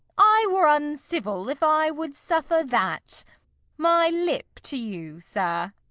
i were uncivil if i would suffer that my lip to you, sir.